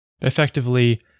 effectively